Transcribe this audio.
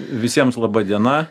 visiems laba diena